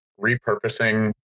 repurposing